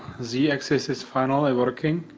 z-axis is finally working.